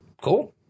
Cool